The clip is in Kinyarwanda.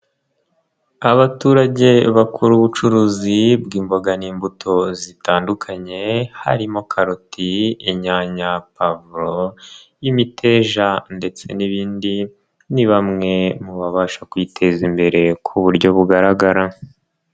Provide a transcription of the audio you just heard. Abaturage bakora ubucuruzi bw'imboga n'imbuto zitandukanye, harimo karoti, inyanya, pavuro, imiteja ndetse n'ibindi, ni bamwe mu babasha kwiteza imbere ku buryo bugaragara.